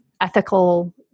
ethical